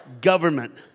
government